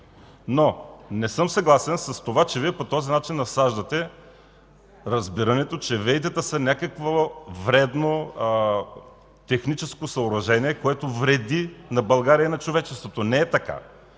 Но не съм съгласен с това, че Вие по този начин насаждате разбирането, че ВЕИ-тата са някакво вредно техническо съоръжение, което вреди на България и на човечеството. Не е така.